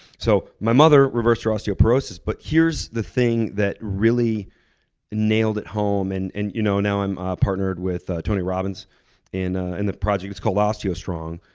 so my mother reversed her osteoporosis, but here's the thing that really nailed it home, and and you know now i'm partnered with tony robbins in ah in the project that's called osteostrong.